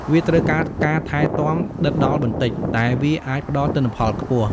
វាត្រូវការការថែទាំដិតដល់បន្តិច តែវាអាចផ្ដល់ទិន្នផលខ្ពស់។